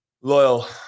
loyal